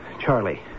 Charlie